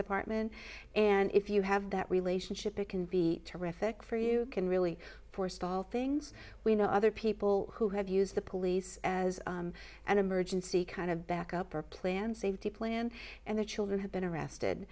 department and if you have that relationship it can be terrific for you can really forestall things we know other people who have used the police as an emergency kind of backup or plan safety plan and the children have been arrested